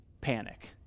panic